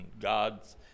God's